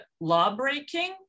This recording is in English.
law-breaking